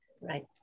right